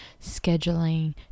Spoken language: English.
scheduling